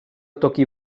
toki